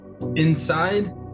inside